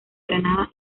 granada